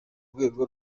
rwego